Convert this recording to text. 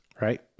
Right